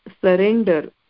surrender